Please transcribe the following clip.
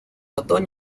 otoño